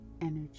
energy